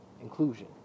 inclusion